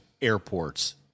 airports